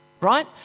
Right